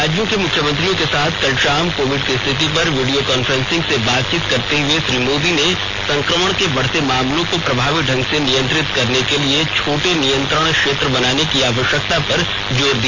राज्यों के मुख्यमंत्रियों के साथ कल शाम कोविड की स्थिति पर वीडियो कॉन्फ्रेंसिंग से बातचीत करते हुए श्री मोदी ने संक्रमण के बढ़ते मामलों को प्रभावी ढंग से नियंत्रित करने के लिए छोटे नियंत्रण क्षेत्र बनाने की आवश्यकता पर जोर दिया